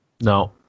No